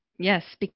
Yes